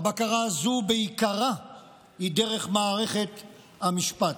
הבקרה הזו בעיקרה היא דרך מערכת המשפט.